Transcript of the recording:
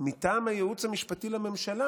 מטעם הייעוץ המשפטי לממשלה,